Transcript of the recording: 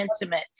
intimate